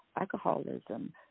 alcoholism